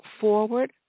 forward